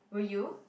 will you